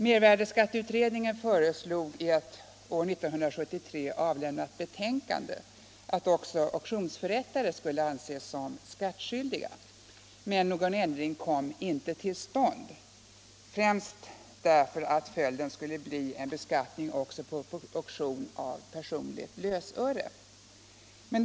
Mervärdeskatteutredningen föreslog i ett år 1973 avlämnat betänkande att också auktionsförrättare skulle anses som skattskyldiga, men någon ändring kom inte till stånd, främst därför att följden skulle bli en beskattning också på auktion av personligt lösöre.